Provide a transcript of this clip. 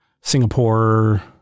Singapore